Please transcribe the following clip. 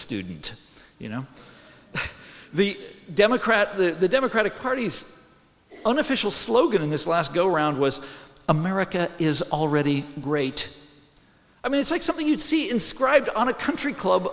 student you know the democrat the democratic party's unofficial slogan in this last go around was america is already great i mean it's like something you'd see inscribed on a country club